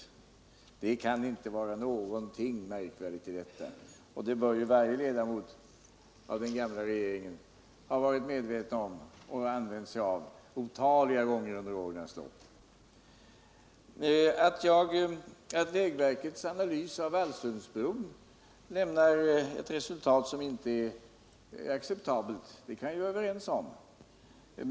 Det kan inte vara något märk värdigt i detta förfarande. Det bör varje ledamot av den gamla regeringen ha använt sig av otaliga gånger. Att vägverkets analys av Vallsundsbron lämnar ett resultat som inte är acceptabelt kan vi vara överens om.